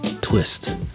twist